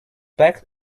back